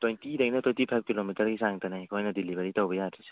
twenty ꯗꯒꯤꯅ twenty ꯐꯥꯏꯕ ꯀꯤꯂꯣꯃꯤꯇꯔꯒꯤ ꯆꯥꯡꯗꯅꯦ ꯑꯩꯈꯣꯏꯅ ꯗꯤꯂꯤꯕꯔꯤ ꯇꯧꯕ ꯌꯥꯗꯣꯏꯁꯦ